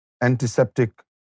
antiseptic